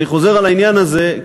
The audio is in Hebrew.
אני חוזר על העניין הזה,